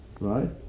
Right